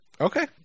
Okay